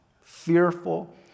fearful